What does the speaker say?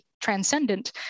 transcendent